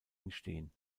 entstehen